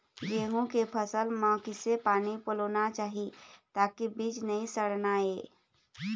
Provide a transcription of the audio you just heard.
गेहूं के फसल म किसे पानी पलोना चाही ताकि बीज नई सड़ना ये?